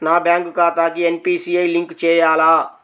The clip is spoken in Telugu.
నా బ్యాంక్ ఖాతాకి ఎన్.పీ.సి.ఐ లింక్ చేయాలా?